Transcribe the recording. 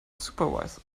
supervise